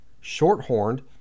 Short-horned